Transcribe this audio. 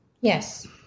Yes